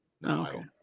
No